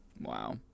Wow